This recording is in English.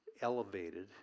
elevated